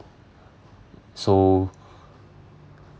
so